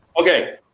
Okay